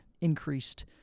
increased